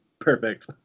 perfect